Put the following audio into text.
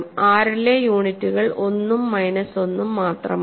R ലെ യൂണിറ്റുകൾ 1 ഉം മൈനസ് 1 ഉം മാത്രമാണ്